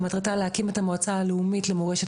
שמטרתה להקים את המועצה הלאומית למורשת